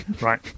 right